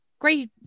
great